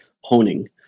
honing